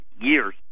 years